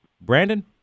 brandon